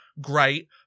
great